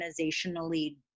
organizationally